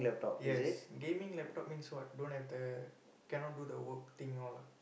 yes gaming laptop means what don't have the cannot do the work thing all ah